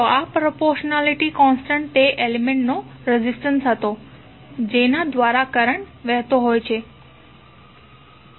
તો આ proportionality constant તે એલિમેન્ટ્ નો રેઝિસ્ટન્સ હતો જેના દ્વારા કરંટ વહેતો હોય છે